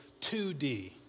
2D